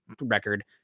record